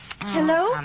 Hello